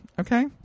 Okay